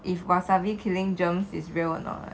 if wasabi killing gems is real or not